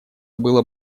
было